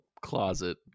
closet